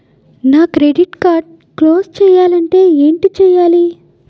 నా credit card close చేయాలంటే ఏంటి చేయాలి?